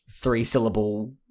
three-syllable